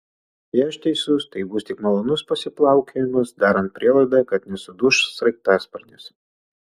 jei aš teisus tai bus tik malonus pasiplaukiojimas darant prielaidą kad nesuduš sraigtasparnis